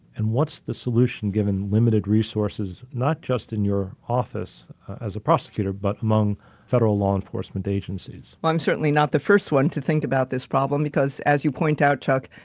and what's the solution given limited resources, not just in your office as a prosecutor, but among federal law enforcement agencies? i'm certainly not the first one to think about this problem. because as you point out, chuck,